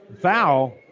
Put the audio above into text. foul